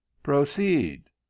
proceed.